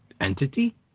Entity